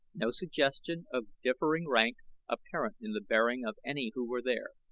no suggestion of differing rank apparent in the bearing of any who were there,